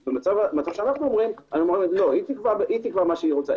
אנחנו אומרים: לא, היא תקבע מה שהיא רוצה.